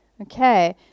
Okay